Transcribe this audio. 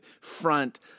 front